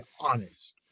honest